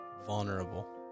Vulnerable